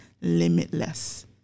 limitless